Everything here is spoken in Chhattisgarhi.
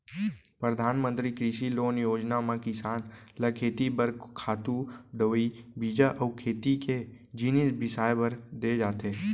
परधानमंतरी कृषि लोन योजना म किसान ल खेती बर खातू, दवई, बीजा अउ खेती के जिनिस बिसाए बर दे जाथे